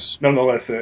nonetheless